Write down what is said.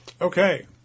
okay